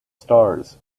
stars